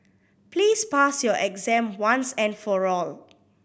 please pass your exam once and for all